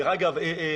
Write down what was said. דרך אגב,